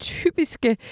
typiske